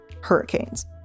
hurricanes